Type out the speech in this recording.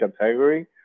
category